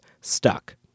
stuck